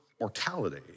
mortality